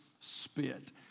spit